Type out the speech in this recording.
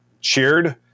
cheered